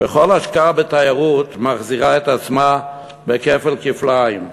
ושכל השקעה בתיירות מחזירה את עצמה כפל כפליים.